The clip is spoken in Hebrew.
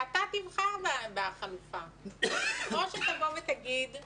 שאתה תבחר בחלופה או שתבוא ותגיד,